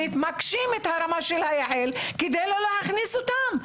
מעלים את הרמה של היע"ל כדי לא להכניס אותם.